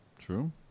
True